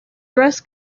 dress